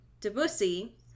Debussy